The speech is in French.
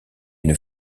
une